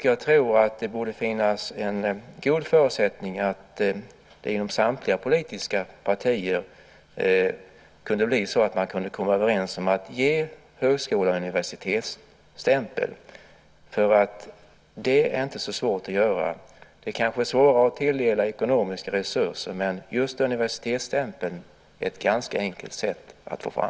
Jag tror att det finns en god förutsättning för att man inom samtliga politiska partier skulle kunna komma överens om att ge högskolan universitetsstämpel, för det är inte så svårt att göra. Det är kanske svårare att tilldela ekonomiska resurser, men just universitetsstämpeln är ganska enkel att få fram.